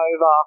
over